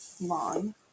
long